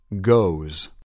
Goes